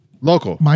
Local